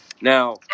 Now